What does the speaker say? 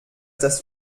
das